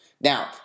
Now